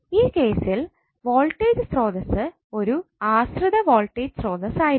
ഈ കേസിൽ വോൾട്ടേജ് സ്രോതസ്സ് ഒരു ആശ്രിത വോൾട്ടേജ് സ്രോതസ്സ് ആയിരിക്കും